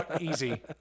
Easy